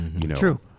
True